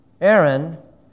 Aaron